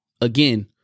Again